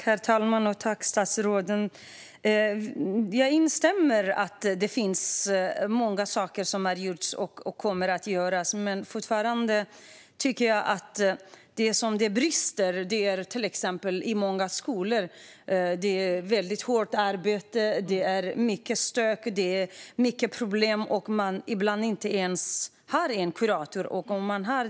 Herr talman! Tack, statsrådet! Jag instämmer i att många saker har gjorts och kommer att göras, men jag tycker fortfarande att det brister i många skolor. Det är till exempel hårt arbete, mycket stök och problem, och ibland har man inte ens en kurator.